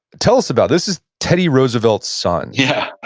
tell us about, this is teddy roosevelt's son yeah.